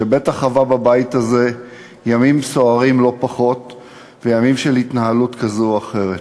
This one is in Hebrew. שבטח חווה בבית הזה ימים סוערים לא פחות וימים של התנהלות כזו או אחרת.